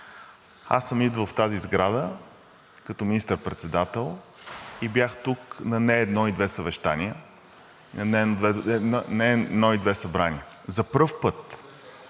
Аз съм идвал в тази сграда като министър-председател и бях тук на не едно и две заседания, на не едно